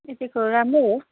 यतिको राम्रै हो